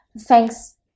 thanks